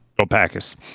opacus